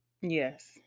Yes